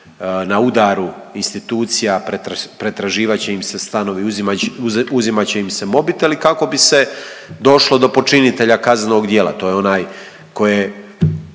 na udaru institucija, pretraživat će im se stanovi, uzimat će im se mobiteli kako bi se došlo do počinitelja kaznenog djela. To je onaj tko je